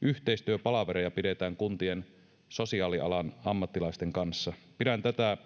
yhteistyöpalavereita pidetään kuntien sosiaalialan ammattilaisten kanssa pidän tätä